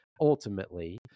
ultimately